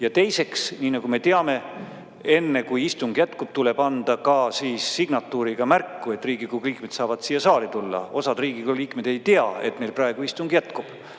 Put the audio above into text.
teiseks. Nii nagu me teame, enne kui istung jätkub, tuleb anda ka signatuuriga märku, et Riigikogu liikmed saavad siia saali tulla. Osa Riigikogu liikmeid ei tea, et meil praegu istung jätkub.